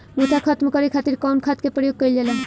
मोथा खत्म करे खातीर कउन खाद के प्रयोग कइल जाला?